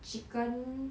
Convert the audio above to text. chicken